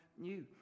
new